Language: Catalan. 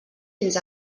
fins